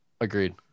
Agreed